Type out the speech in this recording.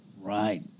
Right